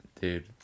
Dude